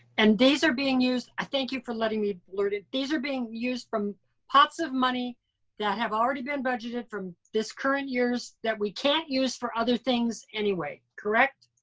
and these are being used, i thank you for letting me blurt it. these are being used from pots of money that have already been budgeted from this current year's that we can't use for other things anyway, correct?